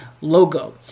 logo